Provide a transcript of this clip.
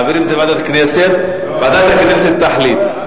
מעבירים את זה לוועדת הכנסת וועדת הכנסת תחליט.